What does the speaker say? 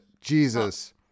jesus